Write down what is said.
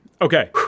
Okay